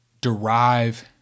derive